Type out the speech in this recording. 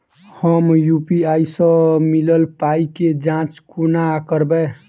हम यु.पी.आई सअ मिलल पाई केँ जाँच केना करबै?